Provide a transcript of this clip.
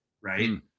right